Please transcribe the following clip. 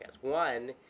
One